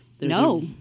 No